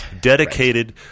dedicated